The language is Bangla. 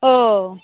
ও